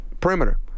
Perimeter